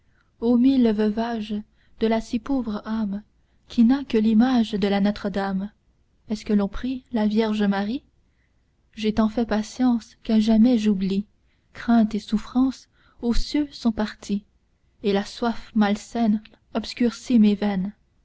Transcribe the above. o mille veuvages de la si pauvre âme qui n'a que l'image de la notre-dame est-ce que l'on prie la vierge marie j'ai tant fait patience qu'à jamais j'oublie craintes et souffrances aux cieux sont parties et la soif malsaine obscurcit mes veines